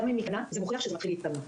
גם אם היא קטנה זה מוכיח שזה מתחיל להיטמע.